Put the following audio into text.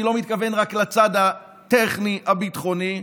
אני לא מתכוון רק לצד הטכני הביטחוני,